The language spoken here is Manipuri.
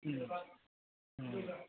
ꯎꯝ ꯎꯝ